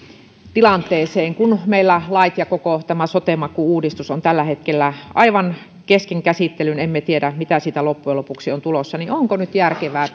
tilanteeseen kun meillä lait ja tämä koko sote maku uudistus ovat tällä hetkellä aivan kesken käsittelyn emme tiedä mitä siitä loppujen lopuksi on tulossa onko nyt järkevää